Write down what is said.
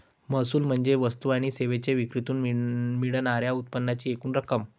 महसूल म्हणजे वस्तू आणि सेवांच्या विक्रीतून मिळणार्या उत्पन्नाची एकूण रक्कम